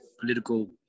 political